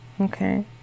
Okay